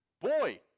boy